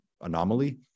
anomaly